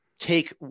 Take